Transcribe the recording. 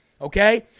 Okay